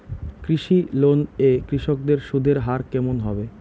কৃষি লোন এ কৃষকদের সুদের হার কেমন হবে?